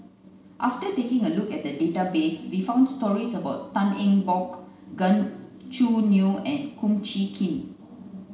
after taking a look at the database we found stories about Tan Eng Bock Gan Choo Neo and Kum Chee Kin